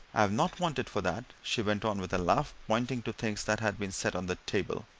i've not wanted for that, she went on, with a laugh, pointing to things that had been set on the table.